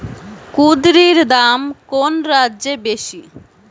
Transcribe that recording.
কুঁদরীর দাম কোন রাজ্যে বেশি?